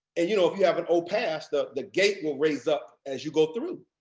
ah you know if you have an old pass, the the gate will raise up as you go through.